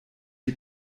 die